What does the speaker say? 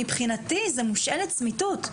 מבחינתי זה מושעה לצמיתות,